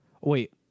Wait